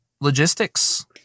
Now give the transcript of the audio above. logistics